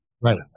Right